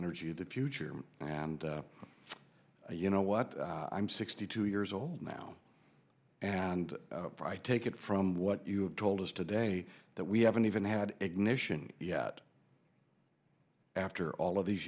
energy of the future and you know what i'm sixty two years old now and i take it from what you have told us today that we haven't even had ignition yet after all of these